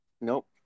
Nope